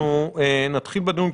אנחנו נתחיל בדיון.